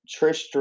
Trish